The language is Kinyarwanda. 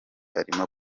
arimo